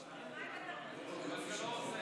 47. הצעת החוק לא עברה,